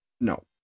no